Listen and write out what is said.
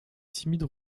timide